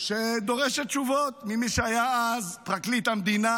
שדורשת תשובות ממי שהיה אז פרקליט המדינה,